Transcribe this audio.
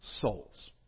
souls